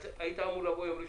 היית אמור לבוא יום ראשון,